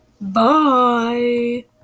Bye